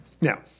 Now